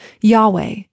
Yahweh